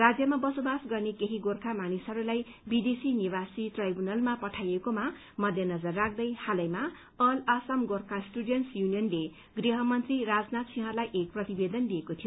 राज्यमा बसोबास गर्ने केही गोर्खा मानिसहरूलाई विदेशी निवासी ट्राइब्यूनलमा पठाइएकोमा मध्यनजर राख्दै हालैमा अल असम गोर्खा स्टुडेन्टस् यूनियनले गृह मन्त्री राजनाथ सिंहलाई एक प्रतिवेदन दिइएको थियो